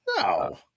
No